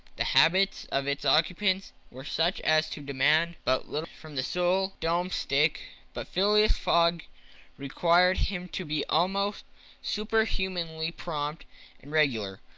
the habits of its occupant were such as to demand but little from the sole domestic, but phileas fogg required him to be almost superhumanly prompt and regular.